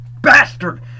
bastard